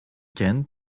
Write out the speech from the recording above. kent